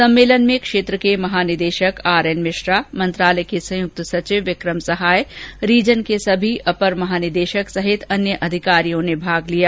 सम्मेलन में क्षेत्र के महानिदेशक आर एन मिश्रा मंत्रालय के संयुक्त सचिव विक्रम सहाय रीजन के सभी अपर महानिदेशक सहित अन्य अधिकारियों ने भाग लिया